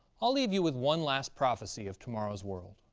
i'll leave you with one last prophecy of tomorrow's world